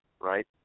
right